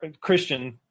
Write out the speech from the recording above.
Christian